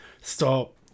stop